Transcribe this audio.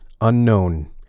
unknown